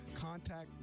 contact